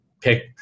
pick